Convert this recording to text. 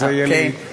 אז זה יהיה לי, אוקיי.